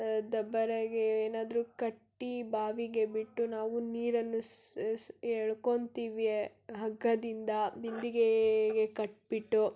ದಬ್ಬರಗೆ ಏನಾದರೂ ಕಟ್ಟಿ ಬಾವಿಗೆ ಬಿಟ್ಟು ನಾವು ನೀರನ್ನು ಸ್ ಸ್ ಎಳ್ಕೊತೀವಿ ಹಗ್ಗದಿಂದ ಬಿಂದಿಗೆಗೆ ಕಟ್ಟಿಬಿಟ್ಟು